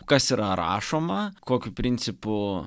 kas yra rašoma kokiu principu